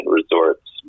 Resorts